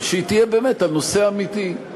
שהיא תהיה באמת על נושא אמיתי,